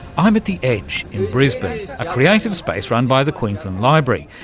i'm at the edge in brisbane, a creative space run by the queensland library.